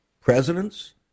presidents